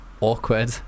awkward